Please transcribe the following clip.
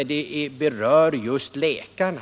Frågan berör ju just läkarna.